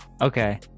Okay